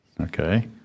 okay